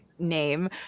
name